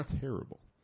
terrible